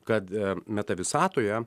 kad metavisatoje